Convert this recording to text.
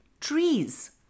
trees